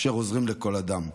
אשר עוזרים לכל אדם.